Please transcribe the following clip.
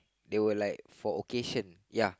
they were like for occasion ya